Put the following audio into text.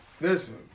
listen